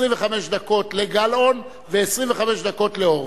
25 דקות לגלאון ו-25 דקות להורוביץ.